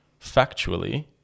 factually